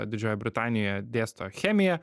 didžiojoj britanijoje dėsto chemiją